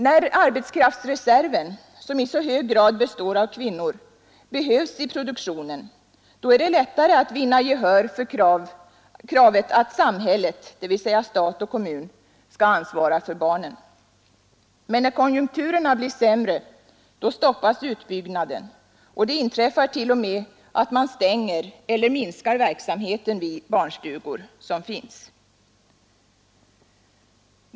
När arbetskraftsreserven, som i så hög grad består av kvinnor, behövs i produktionen, är det lättare att vinna gehör för kravet att samhället, dvs. stat och kommun, skall ansvara för barnen. Men när konjunkturerna blir sämre, då stoppas utbyggnaden, och då inträffar t.o.m. att man stänger eller minskar verksamheten vid barnstugor som vi har.